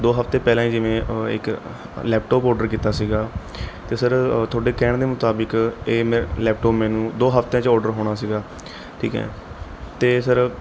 ਦੋ ਹਫ਼ਤੇ ਪਹਿਲਾਂ ਹੀ ਜਿਵੇਂ ਇੱਕ ਲੈਪਟੋਪ ਔਡਰ ਕੀਤਾ ਸੀਗਾ ਅਤੇ ਸਰ ਤੁਹਾਡੇ ਕਹਿਣ ਦੇ ਮੁਤਾਬਿਕ ਇਹ ਮੈਂ ਲੈਪਟੋਪ ਮੈਨੂੰ ਦੋ ਹਫ਼ਤਿਆਂ 'ਚ ਔਡਰ ਹੋਣਾ ਸੀਗਾ ਠੀਕ ਹੈ ਅਤੇ ਸਰ